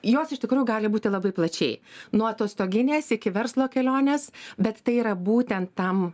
jos iš tikrųjų gali būti labai plačiai nuo atostoginės iki verslo kelionės bet tai yra būtent tam